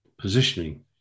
positioning